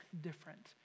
different